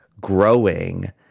growing